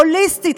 הוליסטית,